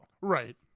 Right